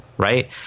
right